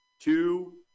two